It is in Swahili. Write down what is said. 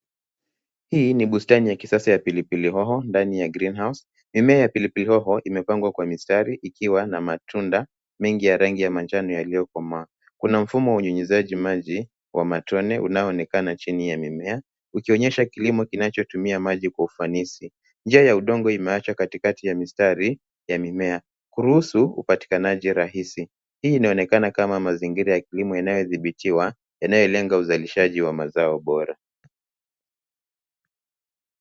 Hii ni bustani ya kisasa ya pilipilohoho ndani ya greenhouse . Mimea ya pilipilihoho imepandwa kwa mistari ikiwa na matunda mengi ya rangi ya manajano yaliyokomaa. Kuna mfumo wa unyunyizaji maji wa matone unaoonekana chini ya mimea ukionyesha kilimo kinachotumia maji kwa ufanisi. Njia ya udongo imewachwa katikati ya mistari ya mimea kuruhusu upatikanaji rahisi. Hii inaonekana kama mazingira ya kilimo inayodhibitiwa yanayolenya uzalishaji wa mazao bora.